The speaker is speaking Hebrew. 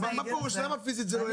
אבל מה פירוש, למה פיסית זה לא יהיה?